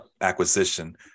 acquisition